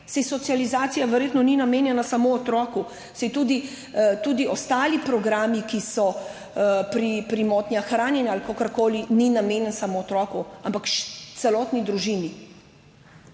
saj socializacija verjetno ni namenjena samo otroku. Saj tudi ostali programi, ki so pri motnjah hranjenja ali kakorkoli, niso namenjeni samo otroku, ampak celotni družini.